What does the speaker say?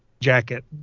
jacket